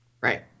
Right